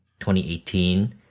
2018